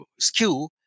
SKU